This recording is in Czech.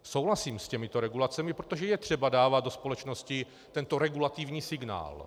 Souhlasím s těmito regulacemi, protože je třeba dávat do společnosti tento regulativní signál.